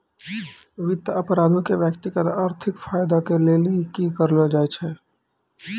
वित्त अपराधो के व्यक्तिगत आर्थिक फायदा के लेली ही करलो जाय छै